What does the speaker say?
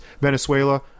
Venezuela